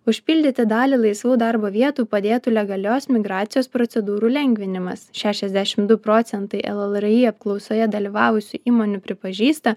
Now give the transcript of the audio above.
užpildyti dalį laisvų darbo vietų padėtų legalios migracijos procedūrų lengvinimas šešiasdešim du procentai llri apklausoje dalyvavusių įmonių pripažįsta